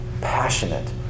passionate